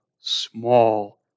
small